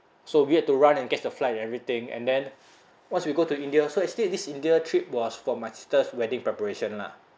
so we had to run and catch the flight and everything and then once we go to india so actually this india trip was for my sister's wedding preparation lah